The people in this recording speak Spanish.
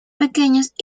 pequeños